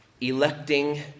electing